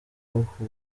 uku